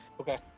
Okay